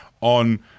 on